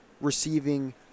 receiving